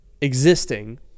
existing